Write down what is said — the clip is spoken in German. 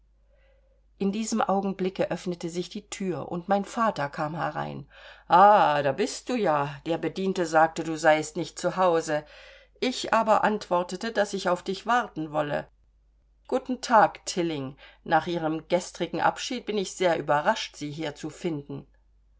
in diesem augenblicke öffnete sich die thür und mein vater kam herein ah da bist du ja der bediente sagte du seist nicht zu hause ich aber antwortete daß ich auf dich warten wolle guten tag tilling nach ihrem gestrigen abschied bin ich sehr überrascht sie hier zu finden